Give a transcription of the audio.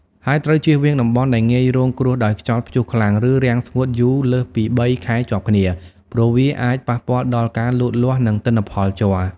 ហើយត្រូវចៀសវាងតំបន់ដែលងាយរងគ្រោះដោយខ្យល់ព្យុះខ្លាំង ឬរាំងស្ងួតយូរលើសពី ៣ ខែជាប់គ្នា ព្រោះវាអាចប៉ះពាល់ដល់ការលូតលាស់ និងទិន្នផលជ័រ។